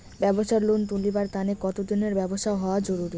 ব্যাবসার লোন তুলিবার তানে কতদিনের ব্যবসা হওয়া জরুরি?